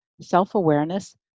self-awareness